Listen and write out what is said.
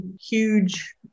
huge